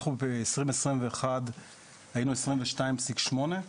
אנחנו ב-2021, היינו 22.8,